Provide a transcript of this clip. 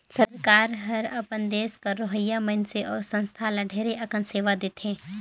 सरकार हर अपन देस कर रहोइया मइनसे अउ संस्था ल ढेरे अकन सेवा देथे